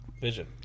Vision